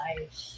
life